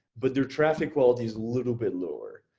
but their traffic world is little bit lower.